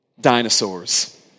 dinosaurs